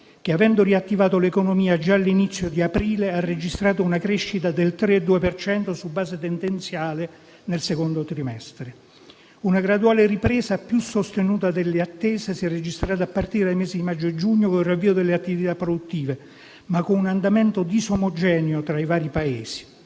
che avendo riattivato l'economia già all'inizio di aprile, ha registrato una crescita del 3,2 per cento, su base tendenziale, nel secondo trimestre. Una graduale ripresa, più sostenuta delle attese, si è registrata a partire dai mesi di maggio e giugno, col riavvio delle attività produttive, ma con un andamento disomogeneo tra i vari Paesi.